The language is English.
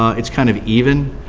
it's kind of even.